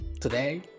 Today